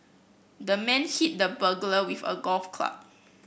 the man hit the burglar with a golf club